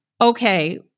Okay